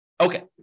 Okay